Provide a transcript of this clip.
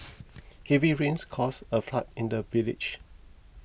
heavy rains caused a flood in the village